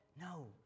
No